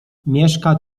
mieszka